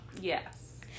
Yes